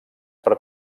per